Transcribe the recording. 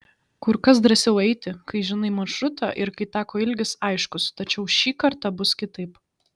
kur kas drąsiau eiti kai žinai maršrutą ir kai tako ilgis aiškus tačiau šį kartą bus kitaip